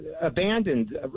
abandoned